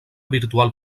virtual